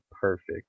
perfect